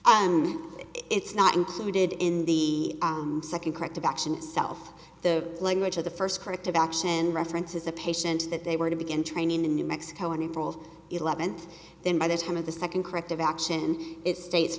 it's not included in the second corrective action itself the language of the first corrective action references the patient that they were to begin training in new mexico and rolled eleventh then by the time of the second corrective action it states